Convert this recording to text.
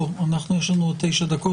יש לנו עוד תשע דקות,